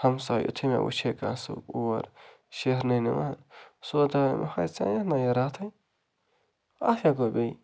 ہَمساے یُتھُے مےٚ وٕچھے کانٛہہ سُہ اور شیہرنہِ نِوان سُہ دَپان مےٚ ہاے ژےٚ اَنییَتھ نَہ یہِ راتھٕے اَتھ کیٛاہ گوٚو بیٚیہِ